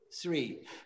three